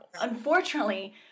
unfortunately